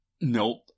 Nope